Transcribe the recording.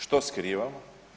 Što skrivamo?